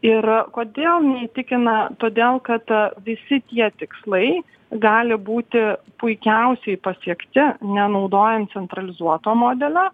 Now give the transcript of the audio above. ir kodėl neįtikina todėl kad visi tie tikslai gali būti puikiausiai pasiekti nenaudojant centralizuoto modelio